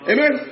Amen